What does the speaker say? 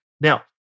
Now